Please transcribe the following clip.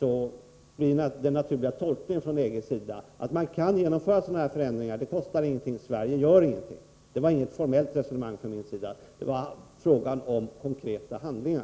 då blir den naturliga tolkningen från EG:s sida att man kan genomföra sådana förändringar — det kostar ingenting, Sverige gör ingenting. Det var inget formellt resonemang från min sida, utan det gällde konkreta handlingar.